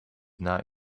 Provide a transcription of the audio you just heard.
not